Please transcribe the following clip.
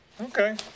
Okay